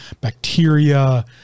bacteria